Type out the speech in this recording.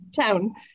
town